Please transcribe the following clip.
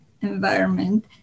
environment